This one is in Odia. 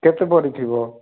କେତେ ପଡ଼ିଥିବ